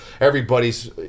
Everybody's